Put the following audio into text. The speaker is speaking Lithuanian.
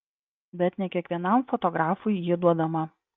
bet ne kiekvienam fotografui ji duodama